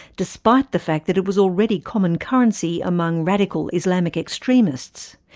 despite the fact that it was already common currency among radical islamic extremists.